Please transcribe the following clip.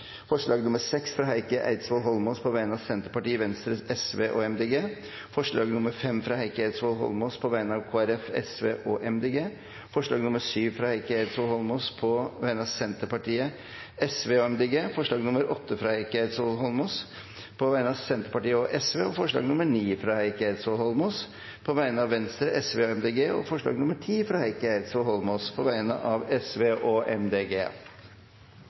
forslag nr. 6, fra Heikki Eidsvoll Holmås på vegne av Senterpartiet, Venstre, Sosialistisk Venstreparti og Miljøpartiet De Grønne forslag nr. 5, fra Heikki Eidsvoll Holmås på vegne av Kristelig Folkeparti, Sosialistisk Venstreparti og Miljøpartiet De Grønne forslag nr. 7, fra Heikki Eidsvoll Holmås på vegne av Senterpartiet, Sosialistisk Venstreparti og Miljøpartiet De Grønne forslag nr. 8, fra Heikki Eidsvoll Holmås på vegne av Senterpartiet og Sosialistisk Venstreparti forslag nr. 9, fra Heikki Eidsvoll Holmås på vegne av Venstre, Sosialistisk Venstreparti og Miljøpartiet De Grønne forslag nr. 10, fra Heikki Eidsvoll Holmås på vegne av